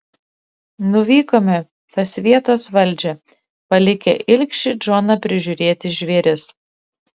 nuvykome pas vietos valdžią palikę ilgšį džoną prižiūrėti žvėris